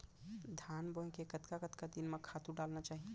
धान बोए के कतका कतका दिन म खातू डालना चाही?